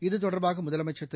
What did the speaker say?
இத்தொடர்பாக முதலமைச்சர் திரு